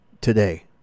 today